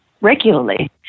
regularly